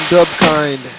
Dubkind